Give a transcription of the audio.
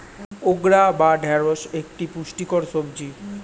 okra বা ঢ্যাঁড়স একটি পুষ্টিকর সবজি